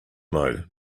mode